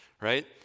right